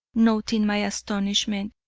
noting my astonishment,